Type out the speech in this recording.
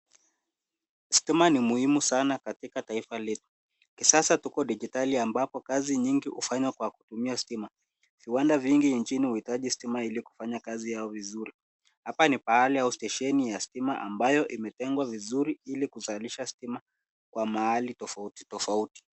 Stima ni muhimu sana katika taifa letu. Kisasa tuko dijitali ambapo kazi nyingi hufanywa kwa kutumia stima. Viwanda vingi nchini uhitaji stima ili kufanya kazi yao vizuri. Hapa ni pahali au stesheni ya stima ambayo imetengwa vizuri ili kuzalisha stima kwa mahali tofauti tofauti.